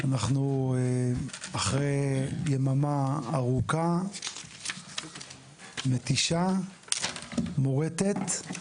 אנחנו אחרי יממה ארוכה, מתישה, מורטת,